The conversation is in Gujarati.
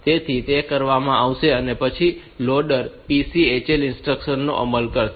તેથી તે કરવામાં આવશે અને તે પછી લોડર PCHL ઇન્સ્ટ્રક્શન નો અમલ કરશે